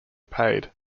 paid